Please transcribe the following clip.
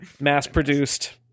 Mass-produced